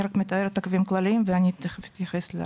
אני רק מתארת את הקווים הכלליים ואני תיכף אתייחס.